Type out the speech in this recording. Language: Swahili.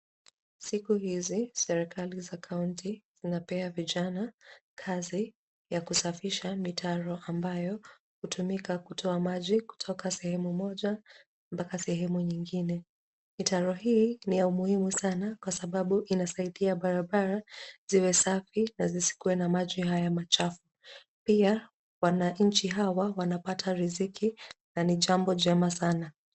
Siku hizi, Serakali za County zinapea vijana kazi ya kusafisha mitaro ambayo hutumika kutoa maji kutoka sehemu moja mpaka sehemu nyingine. Mitaro hii ni ya umuhimu sana kwa sababu inasaidia barabara ziwe safi na zisikuwe na maji haya machafu. Pia wananchi hawa wanapata riziki na ni jambo jema sana.